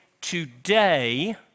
today